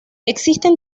existen